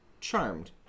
Charmed